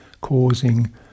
causing